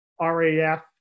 RAF